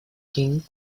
king